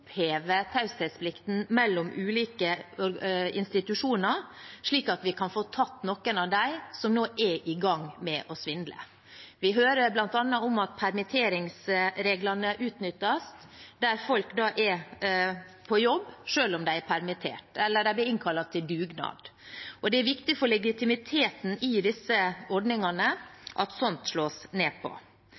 oppheve taushetsplikten mellom ulike institusjoner, slik at vi kan få tatt noen av dem som nå er i gang med å svindle. Vi hører bl.a. om at permitteringsreglene utnyttes ved at folk er på jobb selv om de er permittert, eller at de blir innkalt til dugnad. Det er viktig for legitimiteten i disse ordningene at sånt slås ned på.